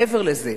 מעבר לזה,